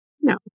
No